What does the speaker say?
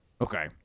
Okay